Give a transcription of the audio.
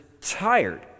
tired